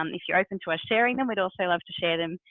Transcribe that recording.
um if you're open to us sharing them, we'd also love to share them.